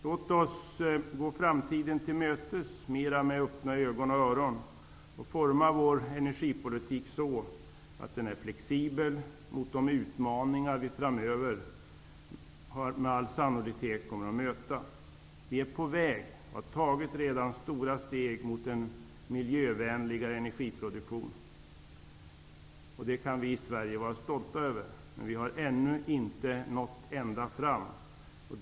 Låt oss gå framtiden till mötes med mera öppna ögon och öron och forma vår energipolitik så att den är flexibel inför de utmaningar som vi framöver med all sannolikhet kommer att möta. Vi är på väg och har redan tagit stora steg mot en miljövänligare energiproduktion, och det kan vi i Sverige vara stolta över, men vi har ännu inte nått ända fram.